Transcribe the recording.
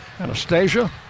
Anastasia